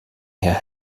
herr